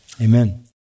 Amen